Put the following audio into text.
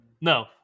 no